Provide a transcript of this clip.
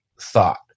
thought